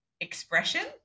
expression